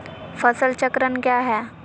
फसल चक्रण क्या है?